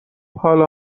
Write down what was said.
حالا